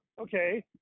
Okay